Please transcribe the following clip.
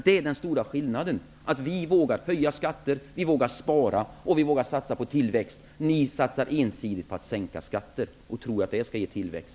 Det är den stora skillnaden: Vi vågar höja skatter, vi vågar spara och vi vågar satsa på tillväxt -- ni satsar ensidigt på att sänka skatter och tror att det skall ge tillväxt!